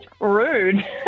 rude